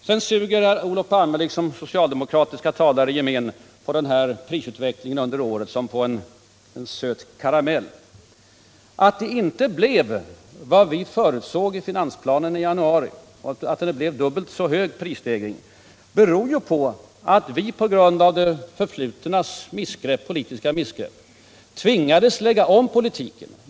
Sedan suger Olof Palme liksom socialdemokratiska talare i gemen på prisutvecklingen under året som på en söt karamell. Att prisstegringen blev dubbelt så hög som vi förutsåg i januari beror på att vi, på grund av era tidigare politiska missgrepp, tvingades lägga om politiken.